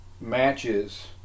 matches